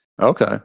Okay